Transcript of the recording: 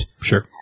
Sure